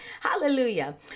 Hallelujah